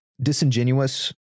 disingenuous